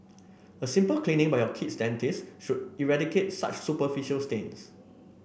a simple cleaning by your kid's dentist should eradicate such superficial stains